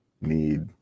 need